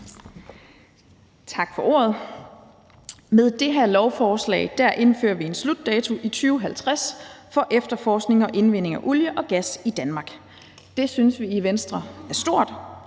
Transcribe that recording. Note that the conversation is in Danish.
Tak for ordet. Med det her lovforslag indfører vi en slutdato i 2050 for efterforskning og indvinding af olie og gas i Danmark. Det synes vi i Venstre er stort,